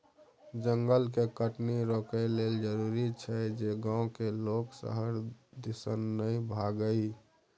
जंगल के कटनी रोकइ लेल जरूरी छै जे गांव के लोक शहर दिसन नइ भागइ